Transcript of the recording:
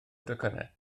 docynnau